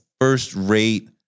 first-rate